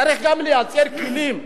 צריך גם לייצר כלים.